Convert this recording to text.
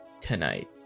tonight